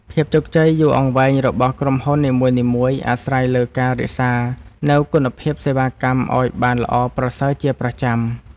ភាពជោគជ័យយូរអង្វែងរបស់ក្រុមហ៊ុននីមួយៗអាស្រ័យលើការរក្សានូវគុណភាពសេវាកម្មឱ្យបានល្អប្រសើរជាប្រចាំ។